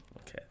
Okay